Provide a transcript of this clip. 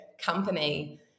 company